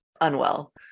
unwell